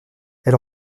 elle